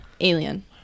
alien